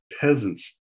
peasants